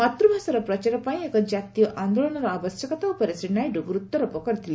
ମାତୂଭାଷାର ପ୍ରଚାର ପାଇଁ ଏକ ଜାତୀୟ ଆନ୍ଦୋଳନର ଆବଶ୍ୟକତା ଉପରେ ଶ୍ରୀ ନାଇଡୁ ଗୁରୁତ୍ୱାରୋପ କରିଥିଲେ